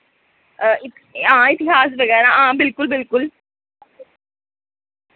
इक हां इतिहास वगैरा हां बिलकुल बिलकुल